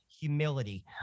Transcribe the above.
humility